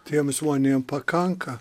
tiems žmonėm pakanka